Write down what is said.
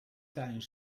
tuin